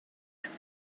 where